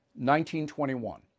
1921